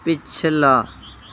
ਪਿਛਲਾ